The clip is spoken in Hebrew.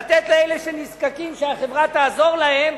לתת לאלה שנזקקים שהחברה תעזור להם,